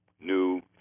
new